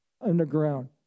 underground